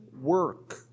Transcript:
work